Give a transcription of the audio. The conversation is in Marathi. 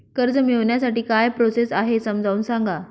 कर्ज मिळविण्यासाठी काय प्रोसेस आहे समजावून सांगा